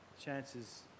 chances